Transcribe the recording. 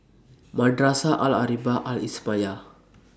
Madrasah Al Arabiah Al Islamiah